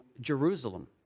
Jerusalem